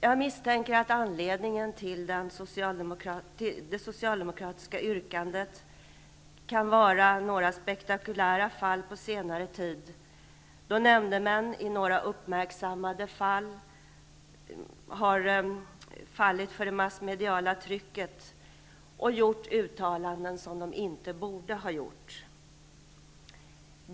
Jag misstänker att anledningen till det socialdemokratiska yrkandet kan vara några spektakulära fall på senare tid, då nämndemän i några uppmärksammade mål fallit för det massmediala trycket och gjort uttalanden som de inte borde ha gjort.